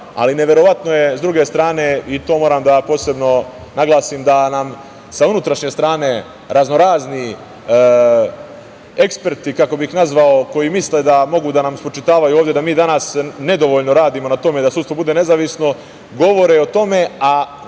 ali neverovatno je s druge strane i to moram posebno da naglasim, da sa unutrašnje strane razno-razni eksperti kako bih ih nazvao, koji misle da mogu da nam spočitavaju ovde da mi danas nedovoljno radimo na tome da sudstvo bude nezavisno, govore o tome, a